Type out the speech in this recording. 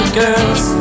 girls